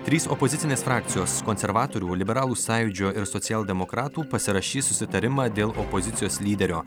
trys opozicinės frakcijos konservatorių liberalų sąjūdžio ir socialdemokratų pasirašys susitarimą dėl opozicijos lyderio